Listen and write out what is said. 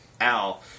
Al